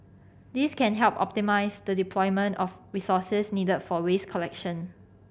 this can help optimise the deployment of resources needed for waste collection